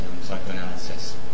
psychoanalysis